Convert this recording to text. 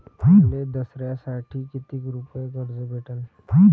मले दसऱ्यासाठी कितीक रुपये कर्ज भेटन?